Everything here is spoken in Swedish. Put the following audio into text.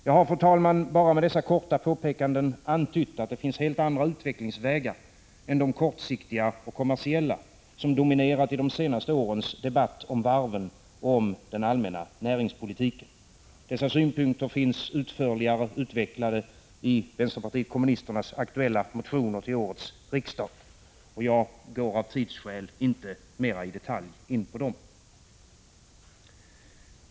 Jag har, fru talman, med dessa korta påpekanden bara antytt att det finns helt andra utvecklingsvägar än de kortsiktiga och kommersiella som dominerat i de senaste årens debatter om varven och om den allmänna näringspolitiken. Dessa synpunkter finns utförligare utvecklade i vänsterpartiet kommunisternas aktuella motioner till årets riksdag. Jag går av tidsskäl inte mera i detalj in på dem.